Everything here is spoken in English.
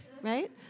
Right